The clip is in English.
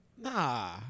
Nah